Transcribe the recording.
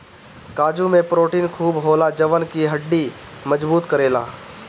काजू में प्रोटीन खूब होला जवन की हड्डी के मजबूत करेला